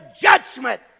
judgment